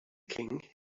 king